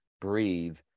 breathe